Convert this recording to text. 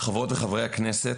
חברות וחברי הכנסת,